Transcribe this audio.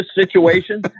situation